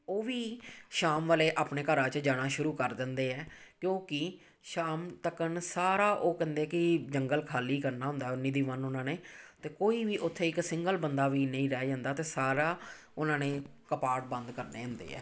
ਉਹ ਵੀ ਸ਼ਾਮ ਵਾਲੇ ਆਪਣੇ ਘਰਾਂ 'ਚ ਜਾਣਾ ਸ਼ੁਰੂ ਕਰ ਦਿੰਦੇ ਆ ਕਿਉਂਕਿ ਸ਼ਾਮ ਤੱਕ ਸਾਰਾ ਉਹ ਕਹਿੰਦੇ ਕਿ ਜੰਗਲ ਖਾਲੀ ਕਰਨਾ ਹੁੰਦਾ ਉਹ ਨਿਧੀ ਵਨ ਉਹਨਾਂ ਨੇ ਅਤੇ ਕੋਈ ਵੀ ਉੱਥੇ ਇੱਕ ਸਿੰਗਲ ਬੰਦਾ ਵੀ ਨਹੀਂ ਰਹਿ ਜਾਂਦਾ ਅਤੇ ਸਾਰਾ ਉਹਨਾਂ ਨੇ ਕਪਾਟ ਬੰਦ ਕਰਨੇ ਹੁੰਦੇ ਆ